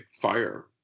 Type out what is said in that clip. fire